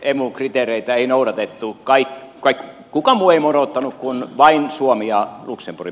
emu kriteereitä ei noudattanut mikään muu maa kuin vain suomi ja luxemburg